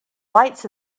lights